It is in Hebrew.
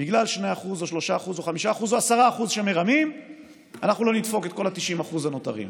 בגלל 2% או 3% או 5% או 10% שמרמים אנחנו לא נדפוק את כל ה-90% הנותרים.